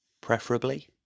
preferably